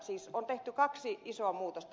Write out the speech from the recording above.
nyt on tehty kolme isoa muutosta